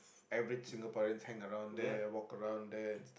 average Singaporeans hang around there walk around there